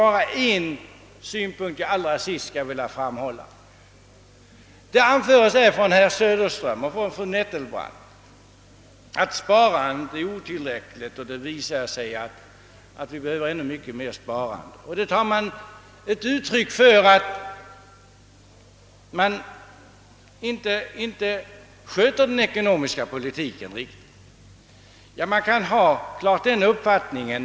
Låt mig endast avslutningsvis anföra ytterligare en synpunkt. Herr Söderström och fru Nettelbrandt förklarade att sparandet är otillräckligt och att vi behöver mycket mer sparande samt tog detta till utgångspunkt för påståendet att den ekonomiska politiken inte sköts på rätt sätt. Självfallet kan man hysa den uppfattningen.